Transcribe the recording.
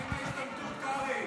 מה עם חוק ההשתמטות, קרעי?